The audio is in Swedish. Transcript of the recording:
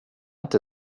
inte